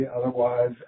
Otherwise